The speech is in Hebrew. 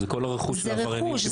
זה כל הרכוש של עבריינים.